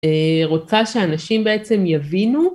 רוצה שאנשים בעצם יבינו